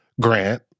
Grant